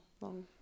long